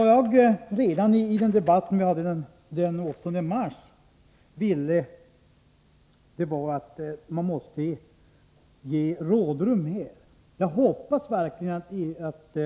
Den 8 mars deltog jag i en liknande debatt. Jag sade då att det var önskvärt med rådrum. Jag hoppas verkligen att